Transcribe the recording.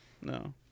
no